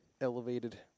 elevated